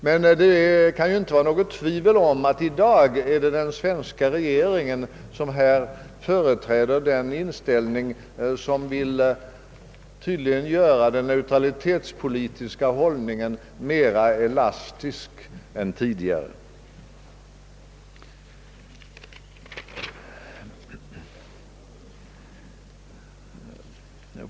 Men det kan ju inte råda något tvivel om att det i dag är den svenska regeringen som företräder dem som vill göra den neutralitetspolitiska hållningen mer »elastisk» än tidigare.